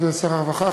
כבוד שר הרווחה,